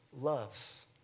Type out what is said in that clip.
loves